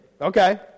Okay